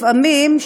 לפעמים,